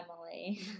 Emily